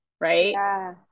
right